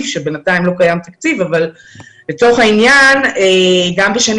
כאשר בינתיים לא קיים תקציב אבל לצורך העניין גם בשנים